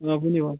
اۭں ؤنِو حظ